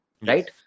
Right